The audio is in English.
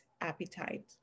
appetite